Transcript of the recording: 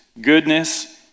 goodness